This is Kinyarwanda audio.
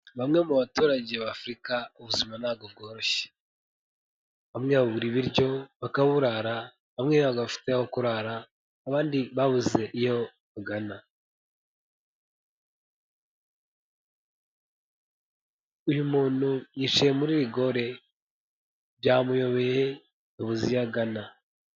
Bamwe mu baturage b'Africa ubuzima ntabwo bworoshye, bamwe babura ibiryo bakaburara, bamwe badafite aho kurara, abandi babuze iyo bagana, uyu muntu yicaye muri rigore byamuyobeye yabuze iyo agana.